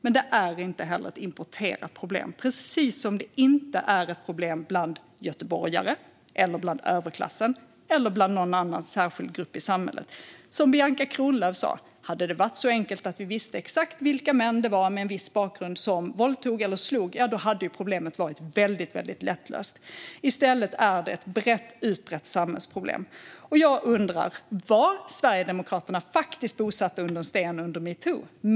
Men det är inte heller ett importerat problem - precis som det inte är ett problem bland göteborgare, i överklassen eller i någon annan särskild grupp i samhället. Som Bianca Kronlöf sa: Hade det varit så enkelt att vi visste exakt vilka män det var med en viss bakgrund som våldtog eller slog hade problemet varit väldigt lättlöst. I stället är det ett brett utbrett samhällsproblem. Jag undrar: Var Sverigedemokraterna faktiskt bosatta under en sten under metoo?